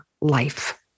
life